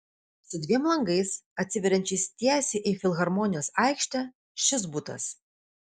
su dviem langais atsiveriančiais tiesiai į filharmonijos aikštę šis butas